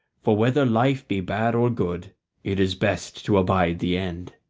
for whether life be bad or good it is best to abide the end.